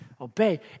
obey